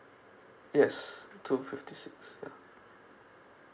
yes two fifty six ya